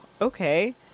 okay